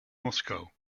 moscow